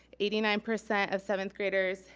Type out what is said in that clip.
eighty nine percent of seventh graders,